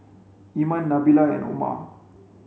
Iman Nabila and Omar